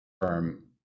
firm